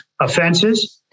offenses